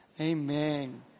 Amen